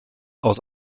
aus